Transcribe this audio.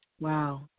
Wow